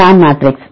PAM matrix